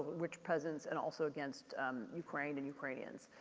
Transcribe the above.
which presence and also against ukraine and ukrainians.